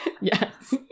Yes